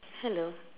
hello